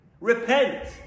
Repent